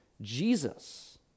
Jesus